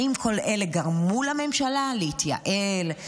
האם כל אלו גרמו לממשלה להתייעל,